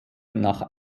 nach